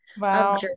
wow